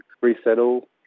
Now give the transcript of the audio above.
resettle